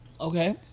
Okay